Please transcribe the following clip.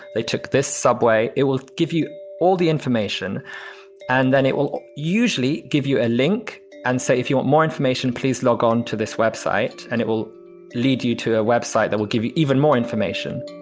they took this subway. it will give you all the information and then it will usually give you a link and say, if you want more information, please log on to this web site and it will lead you to a web site that will give you even more information